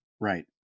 right